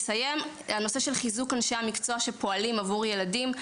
הנושא של חיזוק אנשי המקצוע שפועלים עבור ילדים.